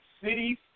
cities